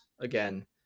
again